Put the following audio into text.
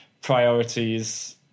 priorities